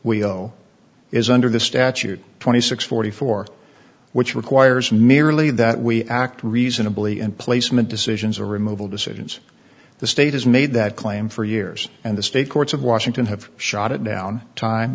owe is under the statute twenty six forty four which requires merely that we act reasonably in placement decisions or removal decisions the state has made that claim for years and the state courts of washington have shot it down time